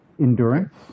endurance